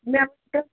مےٚ